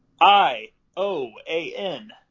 I-O-A-N